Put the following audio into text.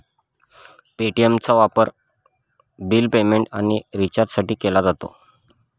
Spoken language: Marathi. पे.टी.एमचा वापर बिल पेमेंट आणि रिचार्जसाठी केला जातो